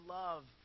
love